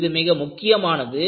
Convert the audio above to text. இது மிக முக்கியமானது